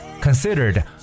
considered